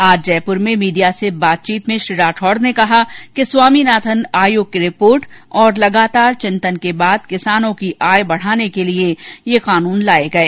आज जयपुर में मीडिया से बातचीत में श्री राठौड़ ने कहा कि स्वामीनाथन आयोग की रिपोर्ट और लगातार चिंतन के बाद किसानों की आय बढ़ाने के लिये ये कानून लाये गये